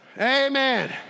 Amen